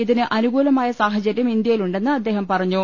ഇതിന് അനുകൂലമായ സാഹചര്യം ഇന്ത്യയിലു ണ്ടെന്ന് അദ്ദേഹം പറഞ്ഞു